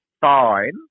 fine